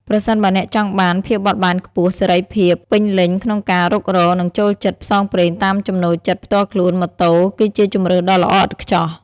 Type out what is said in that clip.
ប្រសិនបើអ្នកចង់បាន ភាពបត់បែនខ្ពស់ សេរីភាព ពេញលេញក្នុងការរុករក និងចូលចិត្ត ផ្សងព្រេង តាមចំណូលចិត្តផ្ទាល់ខ្លួន ម៉ូតូ គឺជាជម្រើសដ៏ល្អឥតខ្ចោះ។